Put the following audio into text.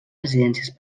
residències